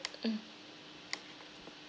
mm